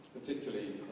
particularly